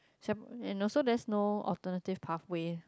and also there's no alternative pathway